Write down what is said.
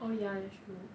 oh ya that's true